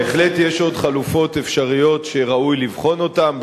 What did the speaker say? בהחלט יש עוד חלופות אפשריות שראוי לבחון אותן,